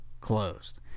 closed